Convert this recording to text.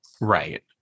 right